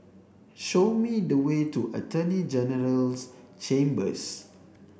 show me the way to Attorney General's Chambers